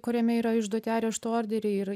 kuriame yra išduoti arešto orderiai ir